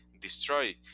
destroy